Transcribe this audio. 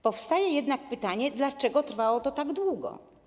Powstaje jednak pytanie, dlaczego trwało to tak długo.